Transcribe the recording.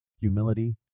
Humility